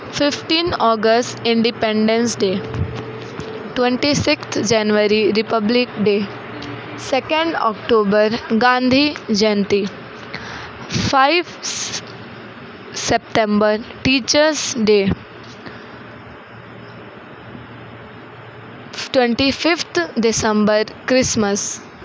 fifteen August Independence Day twenty sixth January Republic Day second October Gandhi Jayanti five स September teachers day twenty fifth December Christmas